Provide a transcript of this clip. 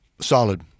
Solid